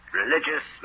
religious